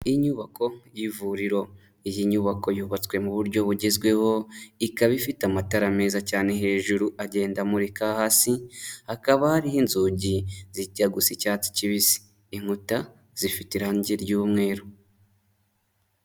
Inyubako y'ivuriro, iyi nyubako yubatswe mu buryo bugezweho, ikaba ifite amatara meza cyane hejuru agenda amurika hasi, hakaba hariho inzugi zijya gusa icyatsi kibisi, inkuta zifite irange ry'umweru.